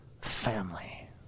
family